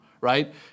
right